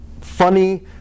funny